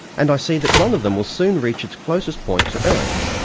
and i see that one of them will soon reach its closest point to earth.